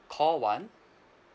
call one